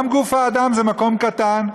גם גוף האדם זה מקום קטן,